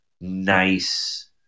nice